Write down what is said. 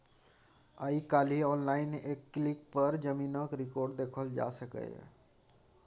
आइ काल्हि आनलाइन एक क्लिक पर जमीनक रिकॉर्ड देखल जा सकैए